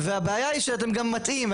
והבעיה היא שאתם גם מטעים.